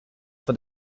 for